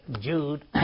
Jude